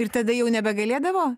ir tada jau nebegalėdavo